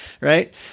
right